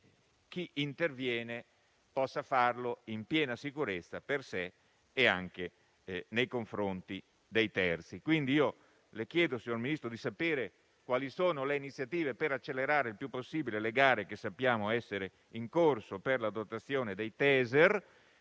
chi interviene possa farlo in piena sicurezza per sé e anche nei confronti dei terzi. Le chiedo dunque, signor Ministro, di sapere quali sono le iniziative per accelerare il più possibile le gare, che sappiamo essere in corso, per la dotazione dei Taser.